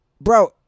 Bro